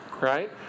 right